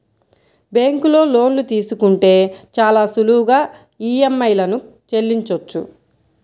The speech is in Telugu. బ్యేంకులో లోన్లు తీసుకుంటే చాలా సులువుగా ఈఎంఐలను చెల్లించొచ్చు